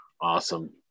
Awesome